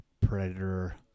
Predator